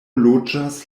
loĝas